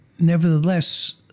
Nevertheless